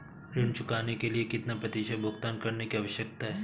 ऋण चुकाने के लिए कितना प्रतिशत भुगतान करने की आवश्यकता है?